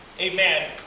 amen